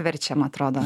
verčiam atrodo